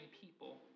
people